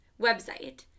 website